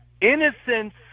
innocence